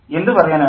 എന്തു പറയാനാണ്